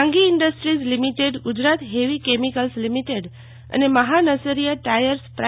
સાંઘી industries limited Gujarat heavy chemicals limited અને Mahansaria tyres પ્રા